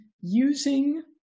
using